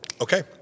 Okay